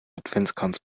adventskranz